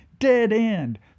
dead-end